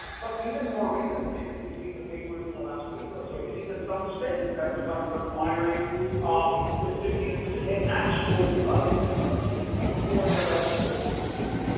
but even more recently, and if you've seen the papers in the last week or so, you see that some states have begun requiring um recipients to take actual drug tests before they're eligible to receive aid,